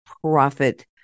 profit